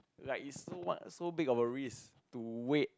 like is so what so big of a risk to wait